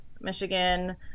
Michigan